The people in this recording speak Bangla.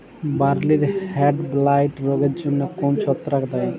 বার্লির হেডব্লাইট রোগের জন্য কোন ছত্রাক দায়ী?